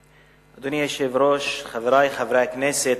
אדוני היושב-ראש, חברי חברי הכנסת,